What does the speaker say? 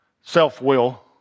self-will